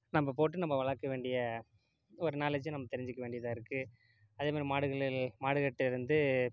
நம்ம போட்டு நம்ம வளர்க்க வேண்டிய ஒரு நாலேஜை நம்ம தெரிஞ்சுக்க வேண்டியதாக இருக்குது அதேமாதிரி மாடுகளில் மாடுக்கிட்டேருந்து